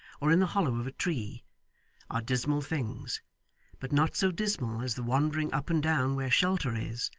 or in the hollow of a tree are dismal things but not so dismal as the wandering up and down where shelter is,